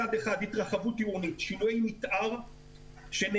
מצד אחד התרחבות עירונית, שינויי מתאר שנעשים,